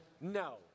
No